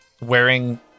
Wearing